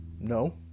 no